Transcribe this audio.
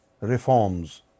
reforms